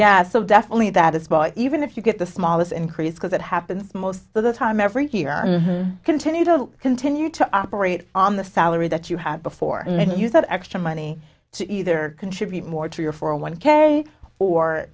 yeah so definitely that is why even if you get the smallest increase because it happens most of the time every here continue to continue to operate on the salary that you have before and then use that extra money to either contribute more to your four a one k or